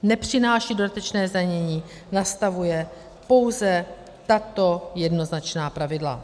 Nepřináší dodatečné zdanění, nastavuje pouze tato jednoznačná pravidla.